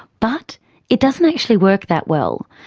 but it doesn't actually work that well,